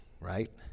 Right